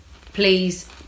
please